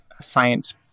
science